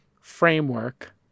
framework